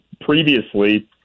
previously